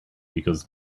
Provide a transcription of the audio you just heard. because